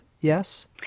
Yes